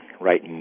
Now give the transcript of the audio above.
right